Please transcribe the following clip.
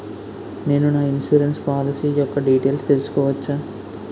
నేను నా insurance policy యెక్క డీటైల్స్ తెల్సుకోవచ్చా?